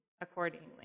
accordingly